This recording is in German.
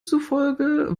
zufolge